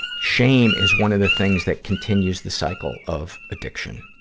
shame is one of the things that continues the cycle of addiction.